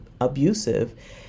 abusive